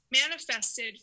manifested